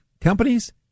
companies